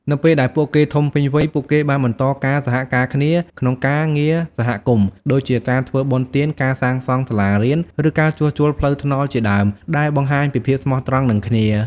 នៅពេលដែលពួកគេធំពេញវ័យ ពួកគេបានបន្តការសហការគ្នាក្នុងការងារសហគមន៍ដូចជាការធ្វើបុណ្យទាន ការសាងសង់សាលារៀន ឬការជួសជុលផ្លូវថ្នល់ជាដើម ដែលបង្ហាញពីភាពស្មោះត្រង់នឹងគ្នា។